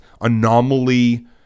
anomaly